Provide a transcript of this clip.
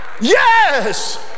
Yes